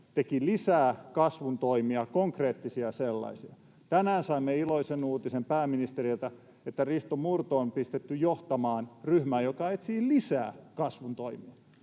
teki lisää kasvun toimia, konkreettisia sellaisia, ja tänään saimme iloisen uutisen pääministeriltä, että Risto Murto on pistetty johtamaan ryhmää, joka etsii lisää kasvun toimia.